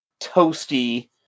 toasty